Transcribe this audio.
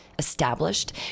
Established